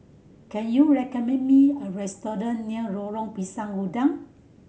can you recommend me a restaurant near Lorong Pisang Udang